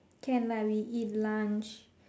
can lah we eat lunch